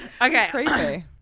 Okay